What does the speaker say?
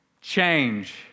change